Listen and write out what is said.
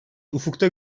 ufukta